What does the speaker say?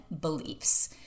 beliefs